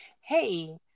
hey